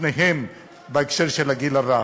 בפניהם בהקשר של הגיל הרך.